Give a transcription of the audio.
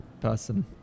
person